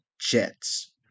Jets